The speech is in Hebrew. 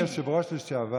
סגן יושב-ראש לשעבר